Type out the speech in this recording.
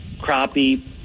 crappie